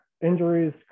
injuries